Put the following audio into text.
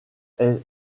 est